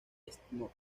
stmo